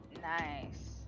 Nice